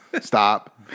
stop